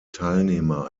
teilnehmer